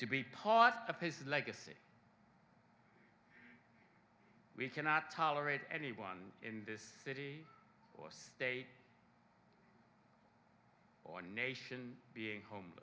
to be part of his legacy we cannot tolerate anyone in this city or state or nation being home